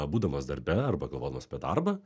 būdamas darbe arba galvodamas apie darbą